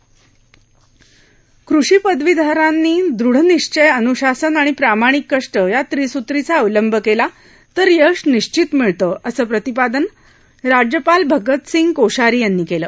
कषी पदवीधरांनी दृढ निश्चय अनुशासन आणि प्रामाणिक कष्ट या त्रिसुत्रीचा अवलंब केला तर यश निश्चित मिळतं असं प्रतिपादन राज्यपाल भगतसिंह कोश्यारी यांनी केलं